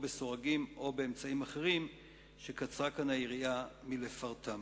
או סורגים או באמצעים אחרים שקצרה כאן היריעה מלפרטם.